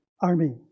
army